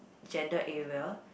gender era